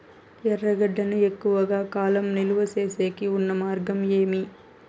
ఎర్రగడ్డ ను ఎక్కువగా కాలం నిలువ సేసేకి ఉన్న మార్గం ఏమి?